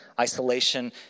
isolation